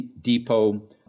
Depot